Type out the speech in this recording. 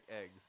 Eggs